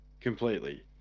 completely